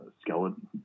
Skeleton